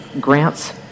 grants